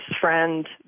friend